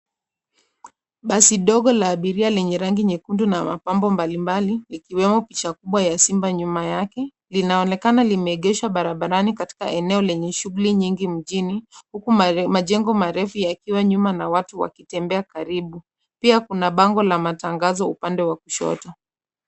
Basi ndogo la abiria lenye rangi nyekundu na mapambo mbali mbali ikiwemo picha kubwa ya simba nyuma yake linaonekana lime egeshwa barabarani katika eneo lenye shughuli nyingi mjini huku majengo marefu yakiwa nyuma na watu wakitembea karibu. Pia kuna bango la matangazo upande wa kushoto.